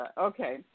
okay